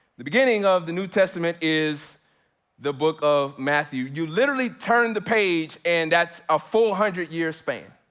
the beginning of the new testament is the book of matthew. you literally turn the page and that's a four hundred year span.